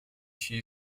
she